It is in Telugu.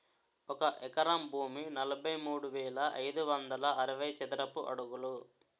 ఒక ఎకరం భూమి నలభై మూడు వేల ఐదు వందల అరవై చదరపు అడుగులు